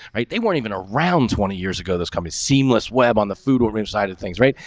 right? they weren't even around twenty years ago. this coming seamless web on the food, water inside of things right?